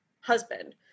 husband